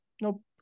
Nope